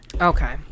Okay